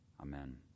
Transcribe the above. Amen